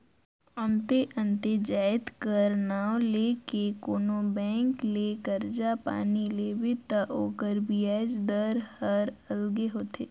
अन्ते अन्ते जाएत कर नांव ले के कोनो बेंक ले करजा पानी लेबे ता ओकर बियाज दर हर अलगे होथे